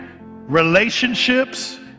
relationships